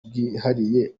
bwihariye